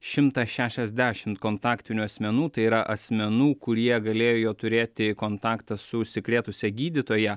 šimtas šešiasdešimt kontaktinių asmenų tai yra asmenų kurie galėjo turėti kontaktą su užsikrėtusia gydytoja